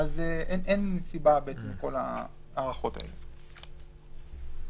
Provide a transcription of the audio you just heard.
אין סיבה לכל ההארכות האלה.